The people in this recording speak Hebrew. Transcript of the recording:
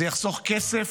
זה יחסוך כסף,